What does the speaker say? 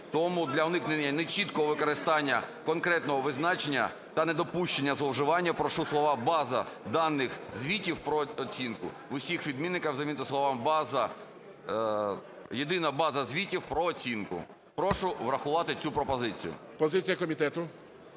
Тому для уникнення нечіткого використання конкретного визначення та недопущення зловживання прошу слова "база даних звітів про оцінку" в усіх відмінниках замінити словами "Єдина база звітів про оцінку". Прошу врахувати цю пропозицію. ГОЛОВУЮЧИЙ. Позиція комітету.